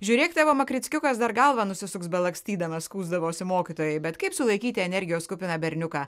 žiūrėk tavo makrickas dar galvą nusisuks belakstydamas skųsdavosi mokytojai bet kaip sulaikyti energijos kupiną berniuką